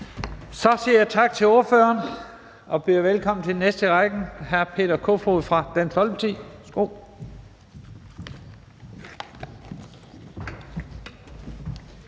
Så siger jeg tak til ordføreren og byder velkommen til den næste i rækken. Det er hr. Peter Kofod fra Dansk Folkeparti.